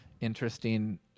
interesting